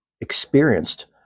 experienced